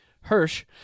Hirsch